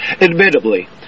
Admittedly